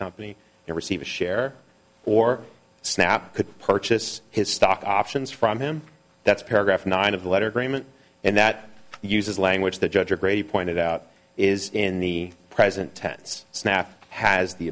company and receive a share or snap could purchase his stock options from him that's paragraph nine of the letter agreement and that uses language that judge a grey pointed out is in the present tense snatch has the